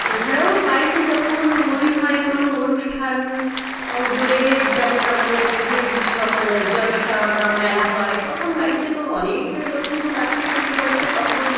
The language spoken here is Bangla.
এছাড়াও বাড়িতে যখন মনে হয় কোনো অনুষ্ঠান হলে যেমন আমাদের এখানে যেসব জলসা বা মেলা হয় তখন বাড়িতে তো অনেক লোক কুটুম আসে শ্বশুর বাড়িতে তখন